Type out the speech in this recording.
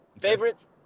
Favorite